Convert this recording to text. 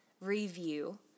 review